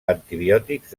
antibiòtics